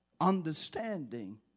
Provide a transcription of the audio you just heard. Understanding